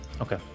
Okay